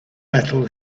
metal